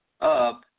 up